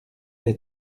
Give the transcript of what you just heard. des